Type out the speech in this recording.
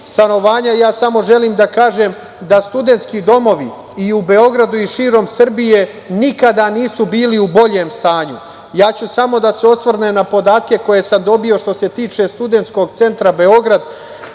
stanovanja, želim da kažem da studentski domovi i u Beogradu i širom Srbije nikada nisu bili u boljem stanju. Samo ću se osvrnuti na podatke koje sam dobio što se tiče Studentskog centra Beograd.